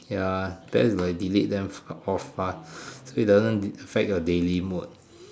ya best if I delete them off ah so that it doesn't affect your daily mood